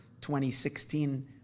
2016